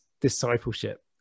discipleship